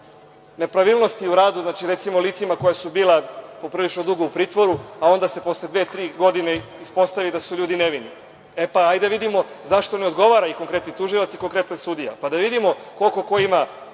nepravilnosti u radu, recimo, licima koja su bila poprilično dugo u pritvoru, a onda se posle dve, tri godine ispostavi da su ljudi nevini. Hajde da vidimo zašto ne odgovara konkretni tužilac ili konkretni sudija, pa da vidimo koliko ko ima